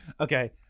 Okay